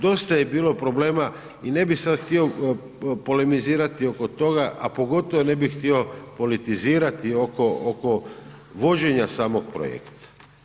Dosta je bilo problema i ne bih sad htio polemizirati oko toga, a pogotovo ne bih htio politizirati oko vođenja samog projekta.